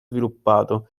sviluppato